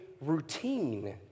routine